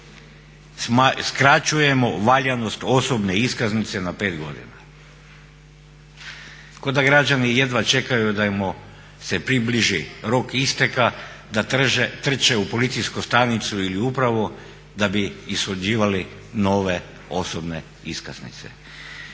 skraćujemo valjanost osobne iskaznice na pet godina. Ko da građani jedva čekaju da mu se približi rok isteka da trče u policijsku stanicu ili upravu da bi ishođivali nove osobne iskaznice.